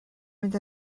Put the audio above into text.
mynd